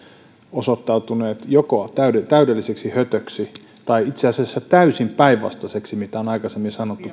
osoittautuneet joko täydelliseksi hötöksi tai itse asiassa täysin päinvastaiseksi kuin mitä on aikaisemmin sanottu